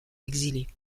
exilés